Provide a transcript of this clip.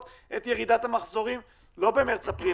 את ירידת המחזורים לא במארס-אפריל,